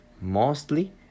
mostly